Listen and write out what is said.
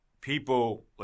people